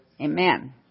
Amen